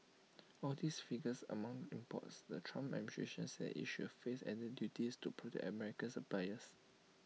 all of these figures among imports the Trump administration says IT should face added duties to protect American suppliers